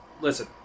listen